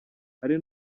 hari